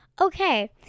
Okay